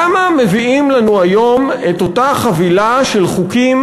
למה מביאים לנו היום את אותה חבילה של חוקים